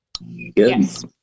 Yes